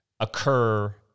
occur